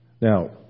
Now